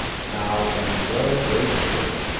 now let the world go as it will.